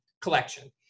collection